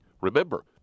Remember